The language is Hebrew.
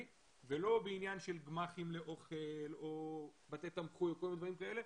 ולא בעניין של גמ"חים לאוכל או בתי תמחוי או כל מיני דברים כאלה,